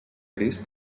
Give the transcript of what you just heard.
gris